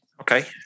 Okay